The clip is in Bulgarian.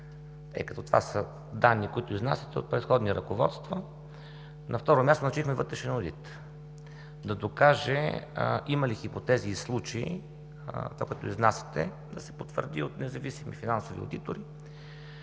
тъй като това са данни, които изнасяте от предходни ръководства. На второ място, назначихме вътрешен одит да докаже има ли хипотези и случаи това, което изнасяте, да се потвърди и от независими финансови одитори,